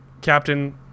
Captain